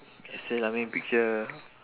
sell ah ming picture